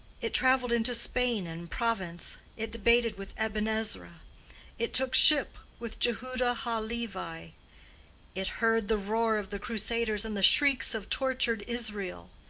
it traveled into spain and provence it debated with aben-ezra it took ship with jehuda ha-levi it heard the roar of the crusaders and the shrieks of tortured israel.